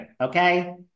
Okay